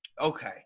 Okay